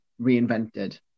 reinvented